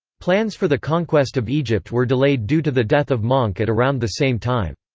plans for the conquest of egypt were delayed due to the death of mongke at around the same time.